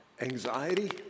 anxiety